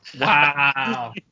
Wow